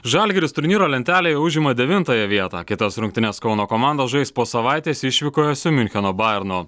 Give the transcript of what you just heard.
žalgiris turnyro lentelėj užima devintąją vietą kitas rungtynes kauno komanda žais po savaitės išvykoje su miuncheno bajernu